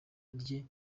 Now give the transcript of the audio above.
rye